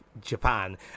Japan